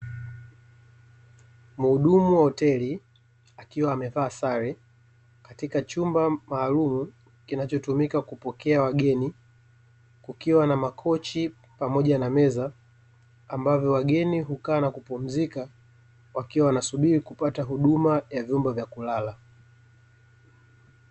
Mhudumu wa hoteli akiwa amevaa sare katika chumba maalumu kinachotumika kupokea wageni, kukiwa na makochi pamoja na meza ambavyo wageni hukaa na kupumzika, wakiwa wanasubiri kupata huduma ya vyumba vya kulala.